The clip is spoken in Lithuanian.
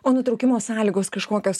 o nutraukimo sąlygos kažkokios